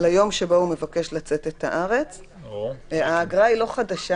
ליום שבו הוא מבקש לצאת אם הארץ." האגרה היא לא חדשה,